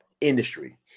industry